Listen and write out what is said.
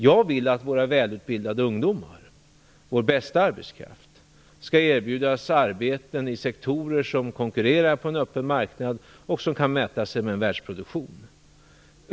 Jag vill att våra välutbildade ungdomar, vår bästa arbetskraft, skall erbjudas arbeten i sektorer som konkurrerar på en öppen marknad och som kan mäta sig med världsproduktionen.